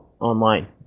online